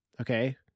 Okay